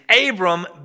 Abram